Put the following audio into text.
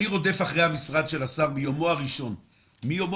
אני רודף אחרי המשרד של השר מיומו הראשון במשרד.